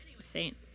Saint